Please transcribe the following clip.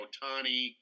Otani